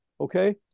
okay